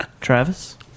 Travis